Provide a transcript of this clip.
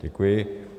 Děkuji.